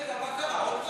רגע, מה קרה?